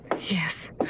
Yes